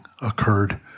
occurred